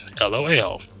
lol